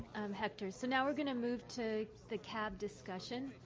um, hector. so, now we're going to move to the cab discussion.